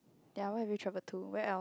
ya where have you travelled to where else